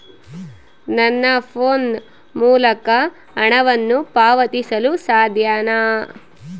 ನನ್ನ ಫೋನ್ ಮೂಲಕ ಹಣವನ್ನು ಪಾವತಿಸಲು ಸಾಧ್ಯನಾ?